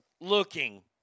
looking